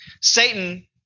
Satan